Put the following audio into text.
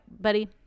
buddy